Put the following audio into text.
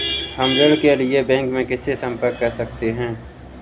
हम ऋण के लिए बैंक में किससे संपर्क कर सकते हैं?